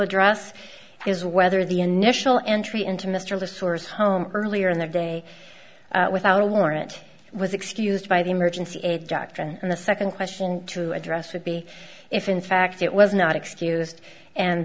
address is whether the initial entry into mr le source home earlier in the day without a warrant was excused by the emergency aid doctrine and the second question to address would be if in fact it was not excused and